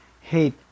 hate